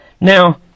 Now